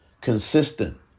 consistent